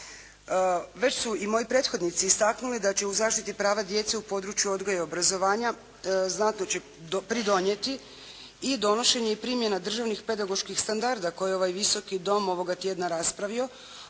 Već su i moji prethodnici istaknuli da će u zaštiti prava djece u području odgoja i obrazovanja, znatno će pridonijeti i donošenje i primjena Državnih pedagoških standarda koje ovaj Visoki dom ovoga tjedna raspravio,